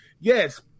yes